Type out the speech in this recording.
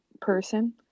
person